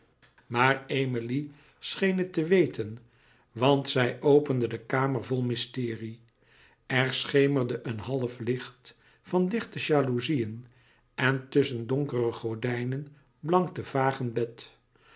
maar emilie scheen het te weten want zij opende de kamer vol mysterie er schemerde een halflicht van dichte jaloezieën en tusschen donkere gordijnen blankte vaag een bed